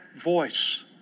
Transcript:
voice